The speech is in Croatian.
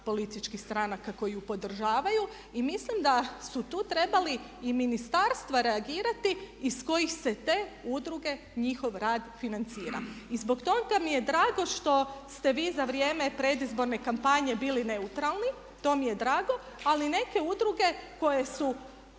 političkih stranaka koji ju podržavaju. I mislim da su tu trebali i ministarstva reagirati iz kojih se te udruge njihov rad financira. I zbog toga mi je drago što ste vi za vrijeme predizborne kampanje bili neutralni, to mi je drago ali neke udruge koje su